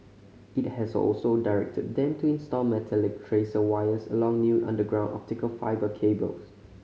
it has also directed them to install metallic tracer wires along new underground optical fibre cables